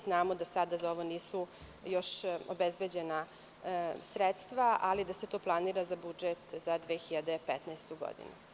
Znamo da sada za ovo nisu još obezbeđena sredstva, ali da se to planira za budžet za 2015. godinu.